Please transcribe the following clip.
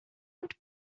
und